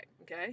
okay